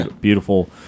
Beautiful